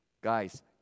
guys